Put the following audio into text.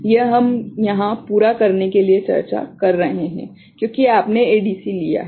यह हम यहाँ पूरा होने के लिए चर्चा कर रहे हैं क्योंकि आपने ADC लिया है